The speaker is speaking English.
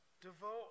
Devote